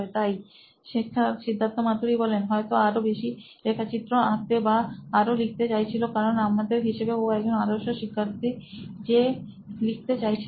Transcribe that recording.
সিদ্ধার্থ মাতু রি C E O নোইন ইলেক্ট্রনিক্স হয়তো আরও বেদি রেখাচিত্র আঁকতে বা আরও লিখতে চাইছিল কারণ আমাদের হিসেবে ও একজন আদর্শ শিক্ষার্থী যে লিখতে চাইছিল